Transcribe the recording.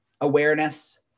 awareness